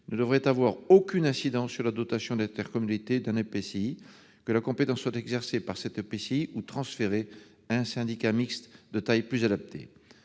ne devrait avoir aucune incidence sur la dotation d'intercommunalité d'un EPCI, que la compétence soit exercée par cet EPCI ou transférée à un syndicat mixte de taille plus adaptée.